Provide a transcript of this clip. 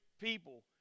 people